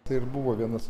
tai ir buvo vienas